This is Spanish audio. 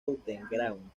underground